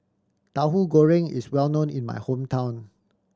Tauhu Goreng is well known in my hometown